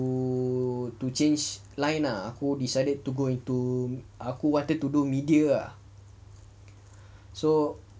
to to change line ah aku decided to go into aku wanted to do media so